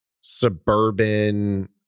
suburban